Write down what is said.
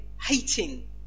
hating